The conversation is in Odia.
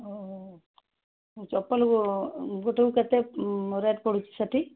ଓହୋ ଆଉ ଚପଲ ଗୋଟେକୁ କେତେ ରେଟ୍ ପଡ଼ୁଛି ସେଠି